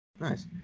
Nice